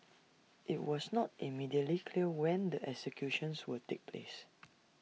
IT was not immediately clear when the executions would take place